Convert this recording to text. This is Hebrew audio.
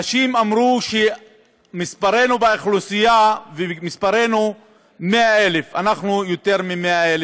אנשים אמרו שמספרנו באוכלוסייה 100,000. אנחנו יותר מ-100,000,